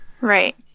Right